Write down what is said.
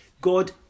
god